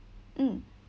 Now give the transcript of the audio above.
mm